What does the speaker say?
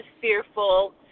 fearful